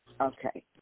Okay